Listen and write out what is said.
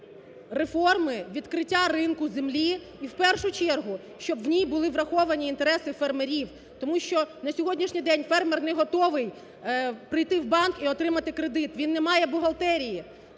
реформи відкриття ринку землі, і в першу чергу, щоб в ній були враховані інтереси фермерів. Тому що на сьогоднішній день фермер не готовий прийти в банк і отримати кредит, він не має бухгалтерії